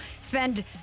spend